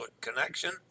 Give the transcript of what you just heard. connection